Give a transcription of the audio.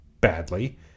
badly